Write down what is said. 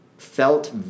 Felt